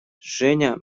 женя